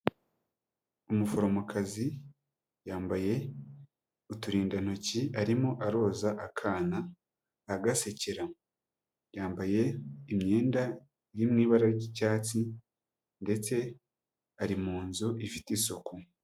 Umuforomokazi yambaye uturindantoki arimo aroza akana agasekera, yambaye imyenda iri mu ibara ry'icyatsi ndetse ari mu nzu ifite isuku.